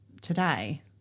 today